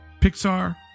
Pixar